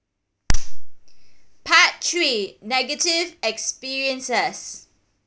part three negative experiences